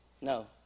No